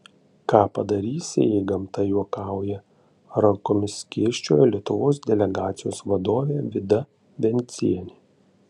ką padarysi jei gamta juokauja rankomis skėsčiojo lietuvos delegacijos vadovė vida vencienė